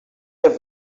have